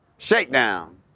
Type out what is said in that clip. Shakedown